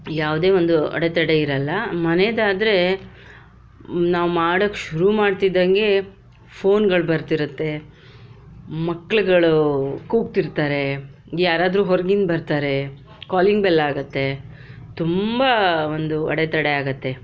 ಯಾವುದೇ ಒಂದು ಅಡೆತಡೆ ಇರಲ್ಲ ಮನೇದು ಆದರೆ ನಾವು ಮಾಡೋಕ್ಕೆ ಶುರು ಮಾಡ್ತಿದ್ದಂಗೆ ಫೋನ್ಗಳು ಬರ್ತಿರುತ್ತೆ ಮಕ್ಕಳುಗಳು ಕೂಗ್ತಿರ್ತಾರೆ ಯಾರಾದರೂ ಹೊರಗಿಂದ ಬರ್ತಾರೆ ಕಾಲಿಂಗ್ ಬೆಲ್ ಆಗತ್ತೆ ತುಂಬ ಒಂದು ಅಡೆತಡೆ ಆಗತ್ತೆ